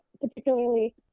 particularly